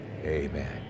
Amen